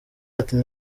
ati